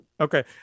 Okay